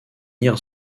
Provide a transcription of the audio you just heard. near